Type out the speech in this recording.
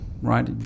right